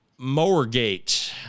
Mowergate